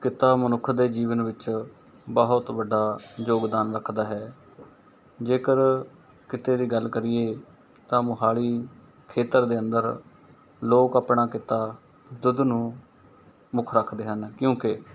ਕਿੱਤਾ ਮਨੁੱਖ ਦੇ ਜੀਵਨ ਵਿੱਚ ਬਹੁਤ ਵੱਡਾ ਯੋਗਦਾਨ ਰੱਖਦਾ ਹੈ ਜੇਕਰ ਕਿੱਤੇ ਦੀ ਗੱਲ ਕਰੀਏ ਤਾਂ ਮੋਹਾਲੀ ਖੇਤਰ ਦੇ ਅੰਦਰ ਲੋਕ ਆਪਣਾ ਕਿੱਤਾ ਦੁੱਧ ਨੂੰ ਮੁੱਖ ਰੱਖਦੇ ਹਨ ਕਿਉਂਕਿ